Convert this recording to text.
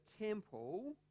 temple